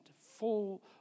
full